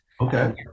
Okay